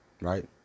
Right